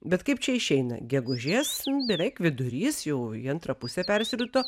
bet kaip čia išeina gegužės beveik vidurys jau į antrą pusę persirito